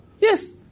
Yes